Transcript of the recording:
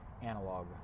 analog